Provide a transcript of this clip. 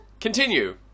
Continue